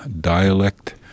dialect